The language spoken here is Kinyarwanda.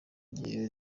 njyewe